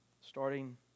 starting